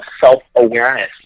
self-awareness